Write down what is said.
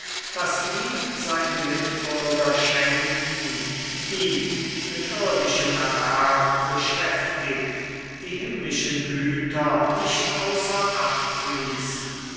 das ihm seine mitbürger schenkten die mit irdischem erwerb beschäftigt die himmlischen güter nicht außer acht ließen